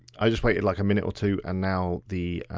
i just waited like a minute or two and now the